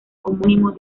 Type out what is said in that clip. homónimo